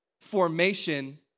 formation